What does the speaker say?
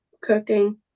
cooking